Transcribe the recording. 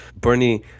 Bernie